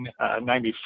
1994